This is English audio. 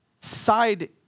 side